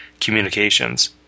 communications